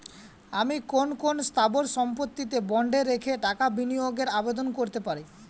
আমি কোন কোন স্থাবর সম্পত্তিকে বন্ডে রেখে টাকা বিনিয়োগের আবেদন করতে পারি?